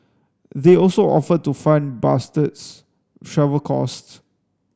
they also offered to fund Bastard's travel costs